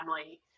family